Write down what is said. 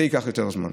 זה ייקח יותר זמן.